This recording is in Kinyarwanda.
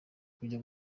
kujya